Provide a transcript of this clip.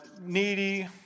needy